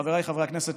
חבריי חברי הכנסת,